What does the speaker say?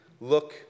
look